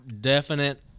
definite